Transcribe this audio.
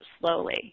slowly